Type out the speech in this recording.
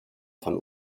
von